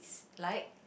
like